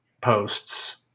posts